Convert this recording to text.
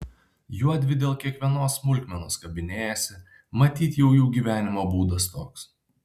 juodvi dėl kiekvienos smulkmenos kabinėjasi matyt jau jų gyvenimo būdas toks